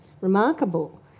remarkable